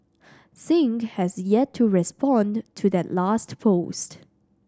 Singh has yet to respond to that last post